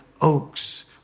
oaks